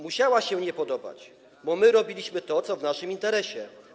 Musiała się nie podobać, bo my robiliśmy to, co w naszym interesie.